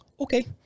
okay